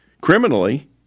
criminally